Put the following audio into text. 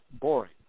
boring